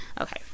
Okay